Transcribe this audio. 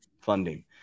funding